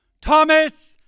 Thomas